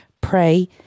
pray